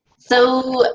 so,